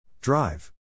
Drive